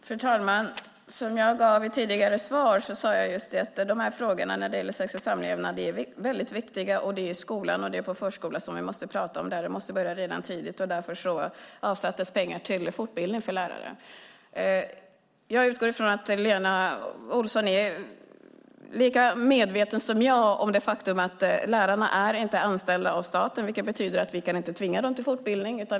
Fru talman! Som jag sade i ett tidigare inlägg är frågorna om sex och samlevnad mycket viktiga. Det är i förskolan och i skolan vi måste tala om dem. Vi måste börja tidigt, och därför avsattes pengar till fortbildning för lärare. Jag utgår från att Lena Olsson är lika medveten som jag om det faktum att lärarna inte är anställda av staten. Det betyder att vi inte kan tvinga dem till fortbildning.